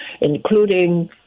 including